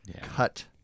Cut